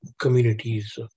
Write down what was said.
communities